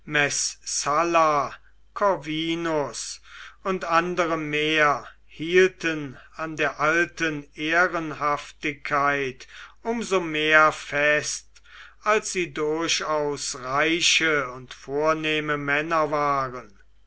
und andere mehr hielten an der alten ehrenhaftigkeit um so mehr fest als sie durchaus reiche und vornehme männer waren